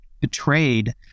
betrayed